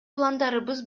пландарыбыз